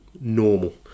normal